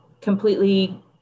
completely